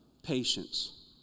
patience